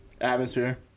atmosphere